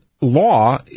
law